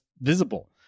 visible